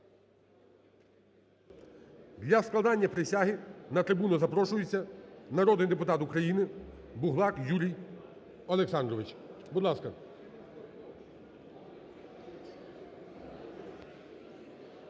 Для складення присяги на трибуну запрошується народний депутат України Буглак Юрій Олександрович. Будь ласка.